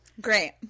Great